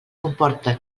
comporta